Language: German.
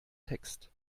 text